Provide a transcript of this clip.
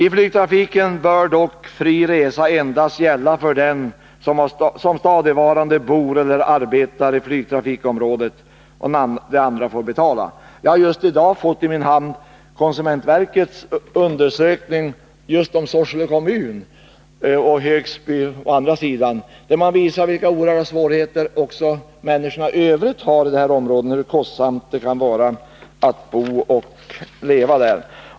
I flygtrafiken bör dock fri resa gälla endast för dem som stadigvarande bor eller arbetar i flygtrafikområdet, medan andra får betala. Jag har just i dag fått i min hand konsumentverkets undersökning om Sorsele kommun. Man visar här vilka oerhörda svårigheter människorna också i övrigt har i det här området och hur kostsamt det kan vara att bo och leva där.